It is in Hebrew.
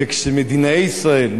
וכשמדינאי ישראל,